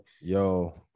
yo